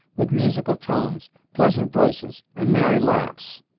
with musical tones, pleasant voices and merry laughs,